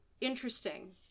Interesting